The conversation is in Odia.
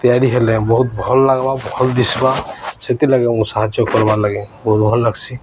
ତିଆରି ହେଲେ ବହୁତ ଭଲ ଲାଗ୍ବା ଭଲ୍ ଦିଶ୍ବା ସେଥିଲାଲାଗି ମୁଁ ସାହାଯ୍ୟ କର୍ବାର୍ ଲାଗି ବହୁତ ଭଲ୍ ଲାଗ୍ସି